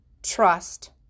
Trust